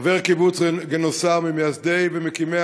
חבר קיבוץ גינוסר, ממייסדי ומקימי